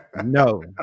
No